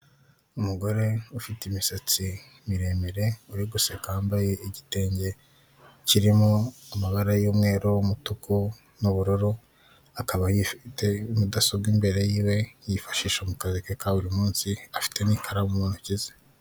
Umugore ufite imisatsi miremire, uri guseka yambaye igitenge kirimo amabara y'umweru, w'umutuku, n'ubururu. Akaba yifite mudasobwa imbere yiwe yifashisha mu kazi ke ka buri munsi, afite n'ikaramu mu ntoki ze.